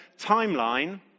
timeline